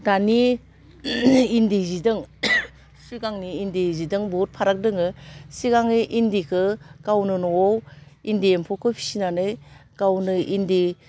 दानि इन्दि जिदों सिगांनि इन्दि जिदों बुहुत फाराग दोङो सिगाङै इन्दिखो गावनो न'वाव इन्दि एम्फौखौ फिनानै गावनो इन्दि